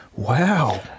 Wow